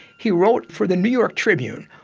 he wrote for the new york tribune,